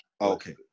okay